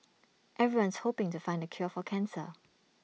everyone's hoping to find the cure for cancer